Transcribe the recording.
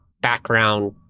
background